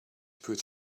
put